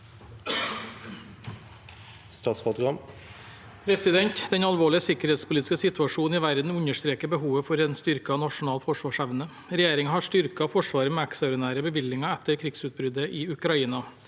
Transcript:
Den alvorli- ge sikkerhetspolitiske situasjonen i verden understreker behovet for en styrket nasjonal forsvarsevne. Regjeringen har styrket Forsvaret med ekstraordinære bevilgninger etter krigsutbruddet i Ukraina.